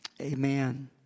Amen